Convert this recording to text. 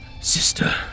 sister